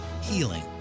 Healing